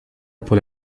por